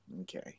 okay